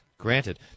Granted